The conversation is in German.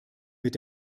mit